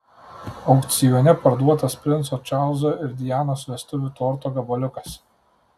aukcione parduotas princo čarlzo ir dianos vestuvių torto gabaliukas